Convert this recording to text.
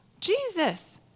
Jesus